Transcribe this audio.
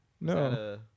No